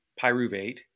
pyruvate